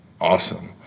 awesome